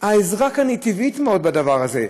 העזרה טבעית מאוד בדבר הזה.